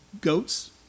goats